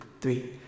three